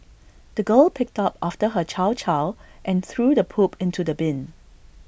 the girl picked up after her chow chow and threw the poop into the bin